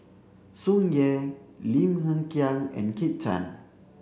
Tsung Yeh Lim Hng Kiang and Kit Chan